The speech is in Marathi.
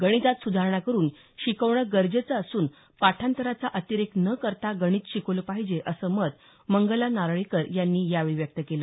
गणितात सुधारणा करून शिकवणं गरजेचं असून पाठांतरचा अतिरेक न करता गणित शिकवलं पाहिजे असं मत मंगला नारळीकर यांनी यावेळी व्यक्त केलं